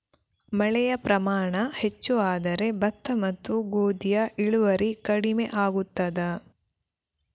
ಮಳೆಯ ಪ್ರಮಾಣ ಹೆಚ್ಚು ಆದರೆ ಭತ್ತ ಮತ್ತು ಗೋಧಿಯ ಇಳುವರಿ ಕಡಿಮೆ ಆಗುತ್ತದಾ?